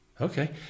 okay